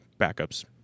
backups